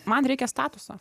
man reikia statuso